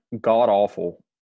god-awful